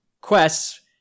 quests